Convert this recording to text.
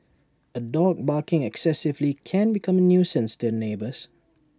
A dog barking excessively can becoming nuisance to neighbours